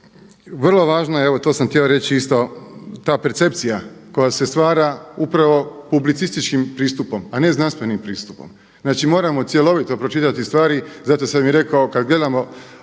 Vrlo važno je, evo to sam htio reći isto ta percepcija koja se stvara upravo publicističkim pristupom, a ne znanstvenim pristupom. Znači moramo cjelovito pročitati stvari. Zato sam i rekao kad gledamo